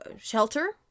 shelter